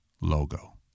logo